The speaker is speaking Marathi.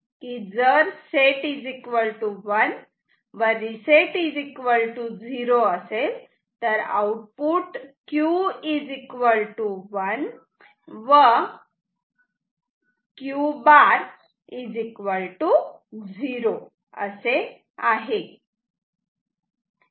जर सेट 1 व रिसेट 0 असेल तर आउटपुट Q 1 व Q बार 0 असे आहे